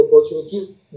opportunities